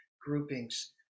groupings